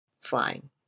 flying